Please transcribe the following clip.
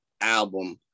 album